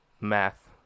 math